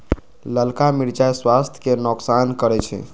ललका मिरचाइ स्वास्थ्य के नोकसान करै छइ